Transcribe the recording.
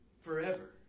forever